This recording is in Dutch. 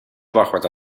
wachtwoord